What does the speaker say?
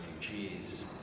refugees